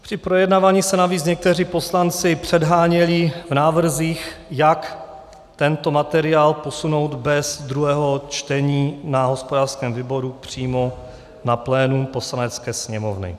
Při projednávání se navíc někteří poslanci předháněli v návrzích, jak tento materiál posunout bez druhého čtení na hospodářském výboru přímo na plénum Poslanecké sněmovny.